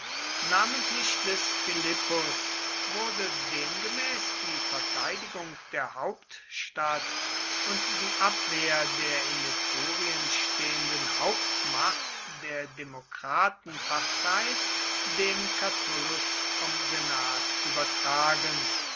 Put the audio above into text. namentlich des philippus wurde demgemäß die verteidigung der hauptstadt und die abwehr der in etrurien stehenden hauptmacht der demokratenpartei dem catulus vom senat übertragen